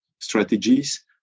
strategies